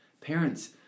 Parents